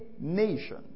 nation